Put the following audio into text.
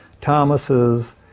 Thomas's